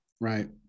Right